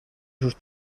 sus